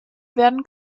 werden